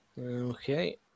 Okay